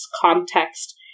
context